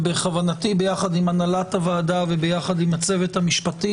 בכוונתי יחד עם הנהלת הועדה ויחד עם הצוות המשפטי